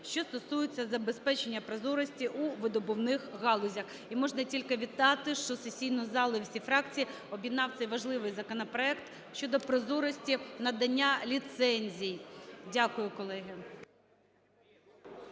що стосується забезпечення прозорості у видобувних галузях. І можна тільки вітати, що сесійну залу і всі фракції об'єднав цей важливий законопроект щодо прозорості надання ліцензій. Дякую, колеги.